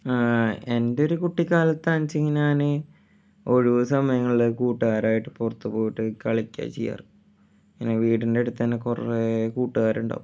എൻ്റെ ഒരു കുട്ടിക്കാലത്ത് ഞാൻ ഒഴിവ് സമയങ്ങളിൽ കൂട്ടുകാരുമായിട്ട് പുറത്ത് പോയിട്ട് കളിക്യ ചെയ്യാറ് ഇങ്ങനെ വീടിൻ്റെ അടുത്ത് തന്നെ കുറേ കൂട്ടുകാർ ഉണ്ടാവും